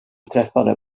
träffade